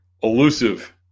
elusive